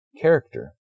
character